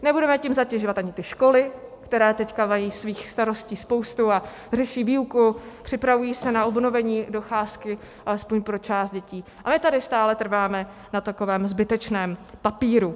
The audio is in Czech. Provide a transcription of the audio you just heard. Nebudeme tím zatěžovat ani školy, které teď mají svých starostí spoustu a řeší výuku, připravují se na obnovení docházky alespoň pro část dětí, a my tady stále trváme na takovém zbytečném papíru.